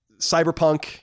Cyberpunk